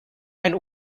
ein